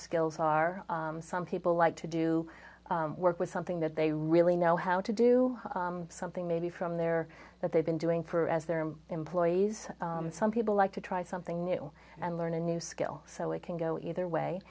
skills are some people like to do work with something that they really know how to do something maybe from there that they've been doing for as their employees some people like to try something new and learn a new skill so it can go either